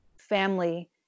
family